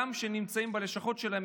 גם כשהם שנמצאים בלשכות שלהם,